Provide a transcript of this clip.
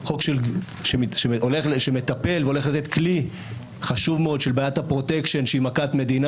חוק שמטפל והולך לתת כלי חשוב מאוד לבעיית הפרוטקשן שהיא מכת מדינה,